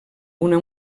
una